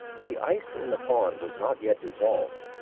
the ice in the pond was not yet dissolved,